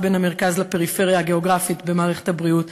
בין המרכז לפריפריה הגיאוגרפית במערכת הבריאות